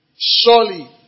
Surely